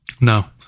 No